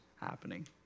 happening